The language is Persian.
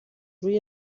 روی